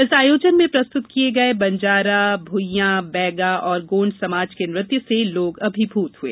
इस आयोजन में प्रस्तुत किये गये बंजारा भुइयां बैगा और गोंड़ समाज के नृत्य से लोग अभिभूत हुए